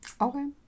Okay